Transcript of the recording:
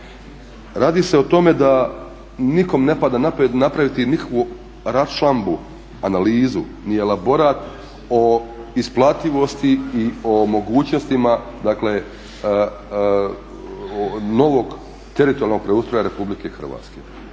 Radi se o tome da nikom ne pada na pamet napraviti nikakvu raščlambu, analizu, ni elaborat o isplativosti i o mogućnostima, dakle novog teritorijalnog preustroja Republike Hrvatske.